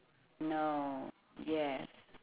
no yes